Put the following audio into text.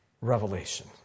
revelation